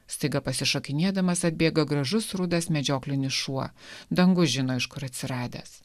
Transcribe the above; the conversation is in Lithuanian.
staiga pasišokinėdamas atbėga gražus rudas medžioklinis šuo dangus žino iš kur atsiradęs